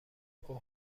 اوه